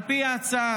על פי ההצעה,